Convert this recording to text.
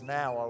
now